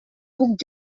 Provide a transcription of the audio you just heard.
puc